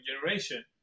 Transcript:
generation